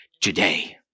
today